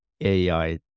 AI